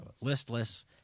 listless